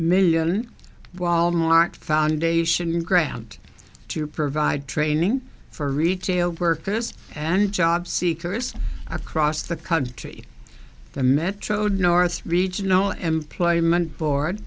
million wal mart foundation grant to provide training for retail workers and job seekers across the country the metro dorothy regional employment board